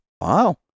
Wow